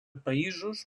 països